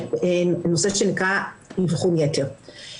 הנושא שנקרא אבחון יתר.